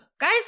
Guys